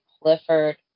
Clifford